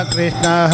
Krishna